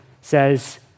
says